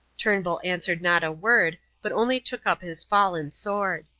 turnbull answered not a word, but only took up his fallen sword.